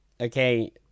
Okay